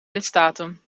lidstaten